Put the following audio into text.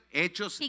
hechos